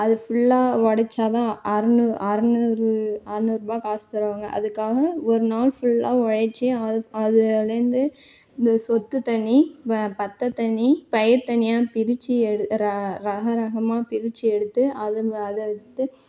அது ஃபுல்லாக உடச்சா தான் அறுநூ அறுநூறு அறுநூறு ரூபா காசு தருவாங்க அதுக்காக ஒரு நாள் ஃபுல்லாக உழைச்சு அது அதிலேந்து இந்த சொத்தை தனி ப பத்தை தனி பயிர் தனியாக பிரித்து எடு ர ரகம் ரகமாக பிரித்து எடுத்து அதை அதை த்து